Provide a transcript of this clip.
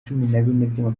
cumi